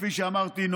כפי שאמרתי.